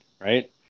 right